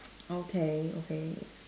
okay okay